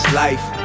life